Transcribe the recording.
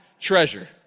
treasure